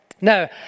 Now